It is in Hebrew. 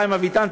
חיים אביטן,